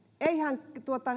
eihän